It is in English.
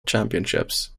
championships